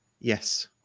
Yes